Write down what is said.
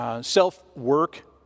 self-work